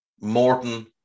Morton